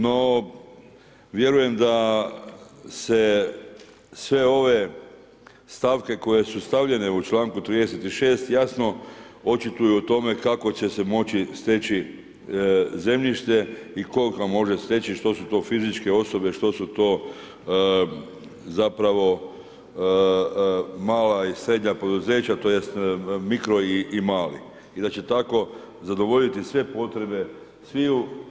No vjerujem da se sve ove stavke koje su stavljene u članku 36. jasno očituju o tome kako će se moći steći zemljište i tko ga može steći, što su to fizičke osobe, što su to zapravo mala i srednja poduzeća tj. mikro i mali i da će tako zadovoljiti sve potrebe sviju.